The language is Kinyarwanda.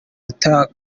gutanga